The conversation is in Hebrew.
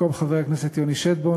במקום חבר הכנסת יוני שטבון,